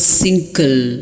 single